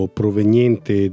proveniente